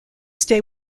stay